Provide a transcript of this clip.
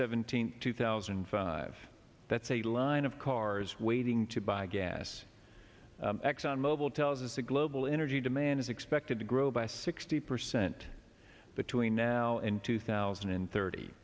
seventeenth two thousand and five that's a line of cars waiting to buy gas exxon mobil tells us the global energy demand is expected to grow by sixty percent between now and two thousand and thirty